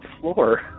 floor